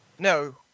No